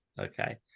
Okay